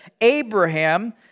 Abraham